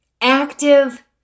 active